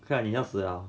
看你要死了